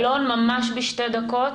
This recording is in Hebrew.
אלון, ממש בשתי דקות.